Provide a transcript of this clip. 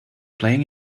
playing